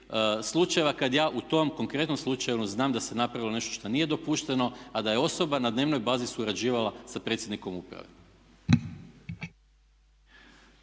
slučajeva, kada ja u tom konkretnom slučaju znam da se napravilo nešto što nije dopušteno a da je osoba na dnevnoj bazi surađivala sa predsjednikom uprave.